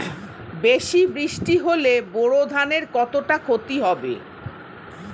বেশি বৃষ্টি হলে বোরো ধানের কতটা খতি হবে?